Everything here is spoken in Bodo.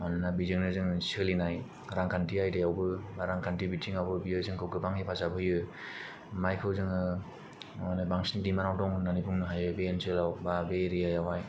मानोना बेजोंनो जोङो सोलिनाय रांखान्थि आयदायावबो बा रांखान्थि बिथिङावबो बेयो जोंखौ गोबां हेफाजाब होयो मायखौ जोङो बांसिन दिमानदाव दं होननानै बुंनो हायो बे ओनसोलाव बा बे एरियायावहाय